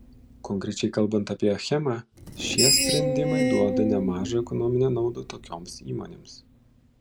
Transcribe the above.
konkrečiai kalbant apie achemą šie sprendimai duoda nemažą ekonominę naudą tokioms įmonėms